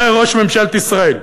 זה היה ראש ממשלת ישראל.